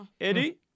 Eddie